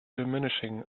diminishing